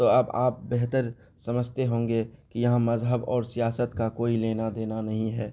تو اب آپ بہتر سمجھتے ہوں گے کہ یہاں مذہب اور سیاست کا کوئی لینا دینا نہیں ہے